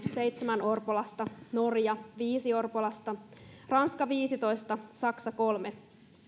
seitsemän orpolasta norja viisi orpolasta ranska viisitoista saksa kolme